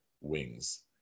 wings